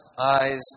eyes